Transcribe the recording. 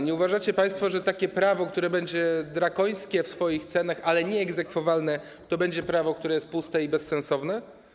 Nie uważacie państwo, że takie prawo, które będzie drakońskie w swoich celach, ale nieegzekwowalne, to będzie prawo, które jest puste i bezsensowne?